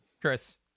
Chris